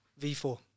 V4